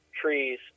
trees